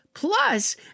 Plus